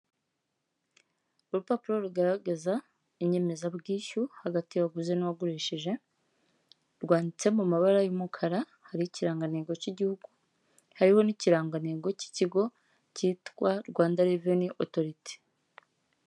Urupapuro rugaragaza inyemezabwishyu, hagati y'uwaguze n'uwagurishije, rwanditse mu mabara y'umukara, hari ikirangantego cy'igihugu, hariho n'ikirangantengo cy'ikigo cyitwa rwanda reveni otoriti.